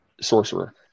sorcerer